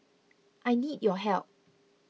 I need your help